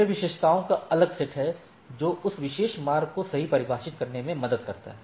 यह विशेषताओं का अलग सेट है जो उस विशेष मार्ग को सही परिभाषित करने में मदद करता है